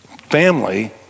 family